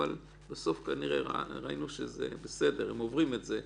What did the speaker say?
אבל בסוף ראינו שזה בסדר, הם עוברים את זה,